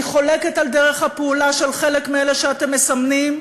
אני חולקת על דרך הפעולה של חלק מאלה שאתם מסמנים,